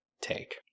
take